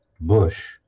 bush